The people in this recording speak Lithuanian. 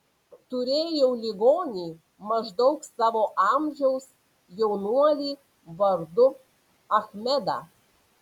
turėjau ligonį maždaug savo amžiaus jaunuolį vardu achmedą